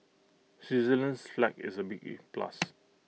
Switzerland's flag is A big plus